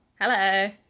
Hello